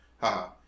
haha